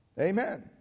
Amen